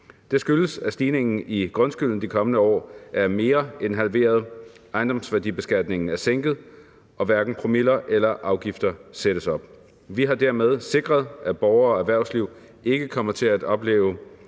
Det skyldes, at stigningen i grundskylden de kommende år er mere end halveret, at ejendomsværdisbekatningen er sænket, og at hverken promiller eller afgifter sættes op. Vi har dermed sikret, at borgere og erhvervsliv ikke kommer til at opleve